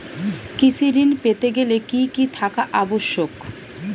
কৃষি ঋণ পেতে গেলে কি কি থাকা আবশ্যক?